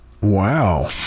Wow